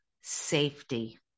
safety